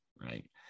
right